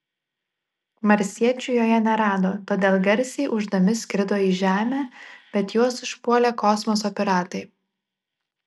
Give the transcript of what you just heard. marsiečių joje nerado todėl garsiai ūždami skrido į žemę bet juos užpuolė kosmoso piratai